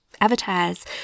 avatars